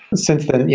since then, and yeah